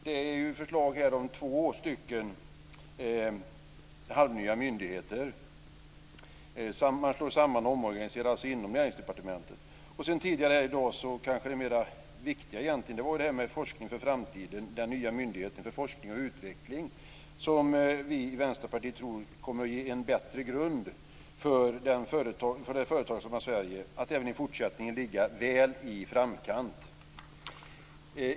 Det föreslås ju två halvnya myndigheter som ska slås samman och omorganiseras inom Näringsdepartementet. Tidigare här i dag debatterades - och det var kanske mer viktigt egentligen - forskningen för framtiden och den nya myndigheten för forskning och utveckling, som vi i Vänsterpartiet tror kommer att ge en bättre grund för det företagsamma Sverige att även i fortsättningen ligga väl i framkant.